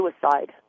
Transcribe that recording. suicide